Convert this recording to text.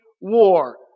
war